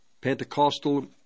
Pentecostal